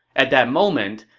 at that moment,